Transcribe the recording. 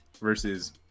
versus